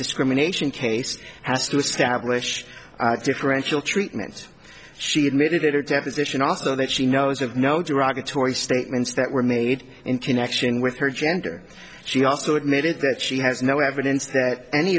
discrimination case has to establish differential treatment she admitted at her deposition also that she knows of no derogatory statements that were made in connection with her gender she also admitted that she has no evidence that any